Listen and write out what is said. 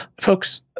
Folks